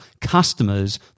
customers